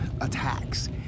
attacks